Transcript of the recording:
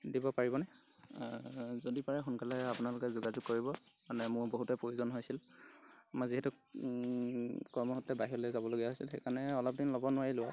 দিব পাৰিবনে যদি পাৰে সোনকালে আপোনালোকে যোগাযোগ কৰিব মানে মোৰ বহুতে প্ৰয়োজন হৈছিল মই যিহেতু কৰ্মসূত্ৰে বাহিৰলৈ যাবলগীয়া হৈছিল সেইকাৰণে অলপ দিন ল'ব নোৱাৰিলোঁ আৰু